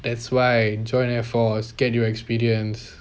that's why you join airforce get your experience